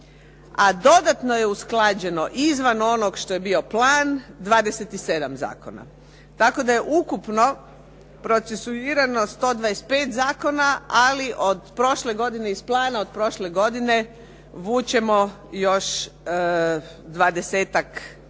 a dodatno je usklađeno izvan onog što je bio plan 27 zakona. Tako da je ukupno procesuirano 125 zakona, ali od prošle godine iz plana od prošle godine vučemo još 20-ak zakona